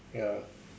ya